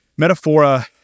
Metaphora